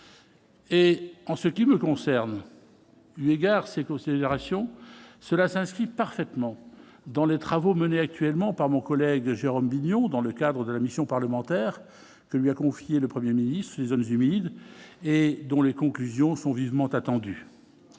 Et en ce qui me concerne. Gare ces considérations, cela s'inscrit parfaitement dans les travaux menés actuellement par mon collègue de Jérôme Bignon, dans le cadre de la mission parlementaire que lui a confiée le 1er ministre les zones humides et dont les conclusions sont vivement attendues